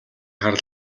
хар